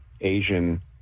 Asian